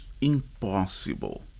impossible